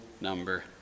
number